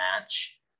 match